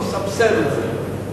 הוא מסבסד את זה,